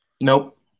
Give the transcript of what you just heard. Nope